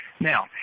Now